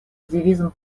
девизом